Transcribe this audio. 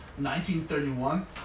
1931